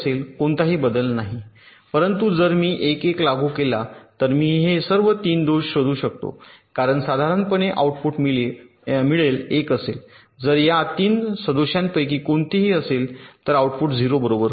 कोणताही बदल नाही परंतु जर मी 1 1 लागू केला तर मी हे सर्व 3 दोष शोधू शकतो कारण साधारणपणे आउटपुट मिळेल 1 असेल जर या 3 सदोष्यांपैकी कोणतेही असेल तर आउटपुट 0 बरोबर होईल